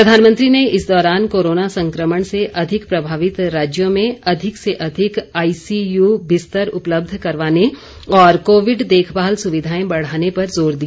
प्रधानमंत्री ने इस दौरान कोरोना संक्रमण से अधिक प्रभावित राज्यों में अधिक से अधिक आईसीयू बिस्तर उपलब्ध करवाने और कोविड देखभाल सुविधाएं बढ़ाने पर जोर दिया